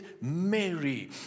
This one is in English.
Mary